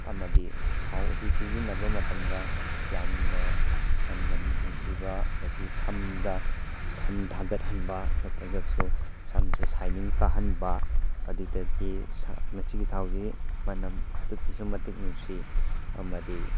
ꯑꯃꯗꯤ ꯊꯥꯎ ꯑꯁꯤ ꯁꯤꯖꯤꯟꯅꯕ ꯃꯇꯝꯗ ꯌꯥꯝꯅ ꯃꯅꯝ ꯅꯨꯡꯁꯤꯕ ꯑꯗꯨꯗꯒꯤ ꯁꯝꯗ ꯁꯝ ꯊꯥꯒꯠꯍꯟꯕ ꯅꯠꯇ꯭ꯔꯒꯁꯨ ꯁꯝꯁꯤ ꯁꯥꯏꯅꯤꯡ ꯀꯥꯍꯟꯕ ꯑꯗꯨꯗꯒꯤ ꯃꯁꯤꯒꯤ ꯊꯥꯎꯁꯤ ꯃꯅꯝ ꯑꯗꯨꯛꯀꯤꯁꯨ ꯃꯇꯤꯛ ꯅꯨꯡꯁꯤ ꯑꯃꯗꯤ